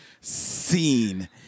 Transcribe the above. seen